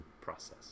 process